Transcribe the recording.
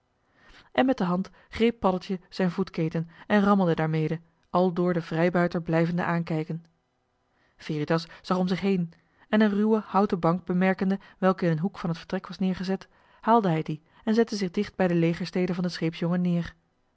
en met de hand greep paddeltje zijn voetketen en rammelde daarmede aldoor den vrijbuiter blijvende aankijken veritas zag om zich heen en een ruwe houten bank bemerkende welke in een hoek van t vertrek was neergezet haalde hij die en zette zich dicht bij de legerstede van den scheepsjongen neer